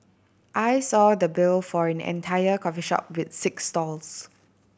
I saw the bill for an entire coffee shop with six stalls